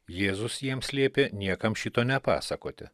jėzus jiems liepė niekam šito nepasakoti